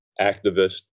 activist